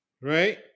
right